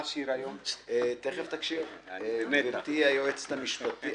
היועצות המשפטיות,